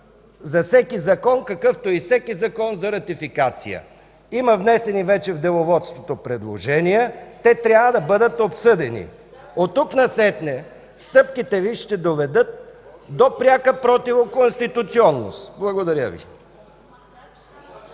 за всеки закон, какъвто е и всеки закон за ратификация. В Деловодството вече има внесени предложения, те трябва да бъдат обсъдени. Оттук насетне стъпките Ви ще доведат до пряка противоконституционност. Благодаря Ви.